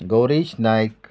Gaurish Naik